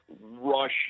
rush